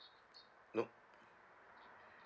nope